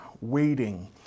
waiting